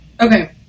okay